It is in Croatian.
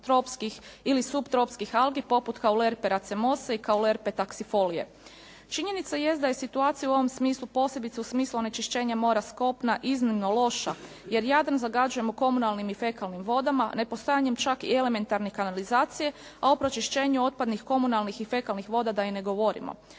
ili suptropskih algi poput …/Govornik se ne razumije./… Činjenica jest da je situacija u ovom smislu, posebice u smislu onečišćenja mora s kopna iznimno loša jer Jadran zagađujemo komunalnim i fekalnim vodama, nepostojanjem čak i elementarne kanalizacije a o pročišćenju otpadnih, komunalnih i fekalnih voda da i ne govorimo.